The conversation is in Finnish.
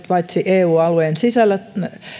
paitsi eu alueen sisällä